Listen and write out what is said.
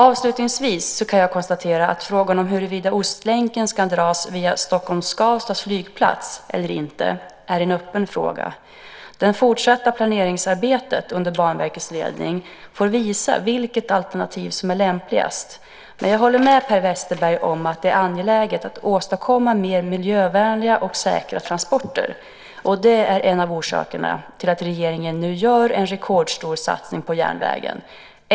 Avslutningsvis kan jag konstatera att frågan om huruvida Ostlänken ska dras via Stockholm/Skavsta flygplats eller inte är en öppen fråga. Det fortsatta planeringsarbetet under Banverkets ledning får visa vilket alternativ som är lämpligast. Men jag håller med Per Westerberg om att det är angeläget att åstadkomma mer miljövänliga och säkra transporter. Det är en av orsakerna till att regeringen nu gör en rekordstor satsning på järnvägen.